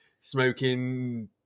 smoking